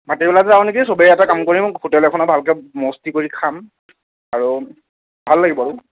ভাতিবেলা যাওঁ নেকি চবে এটা কাম কৰিম হোটেল এখনত ভালকৈ মস্তি কৰি খাম আৰু ভাল লাগিব গৈ